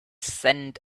sand